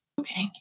Okay